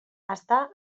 està